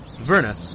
Verna